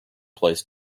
place